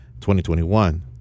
2021